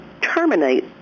terminate